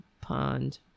pond